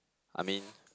I mean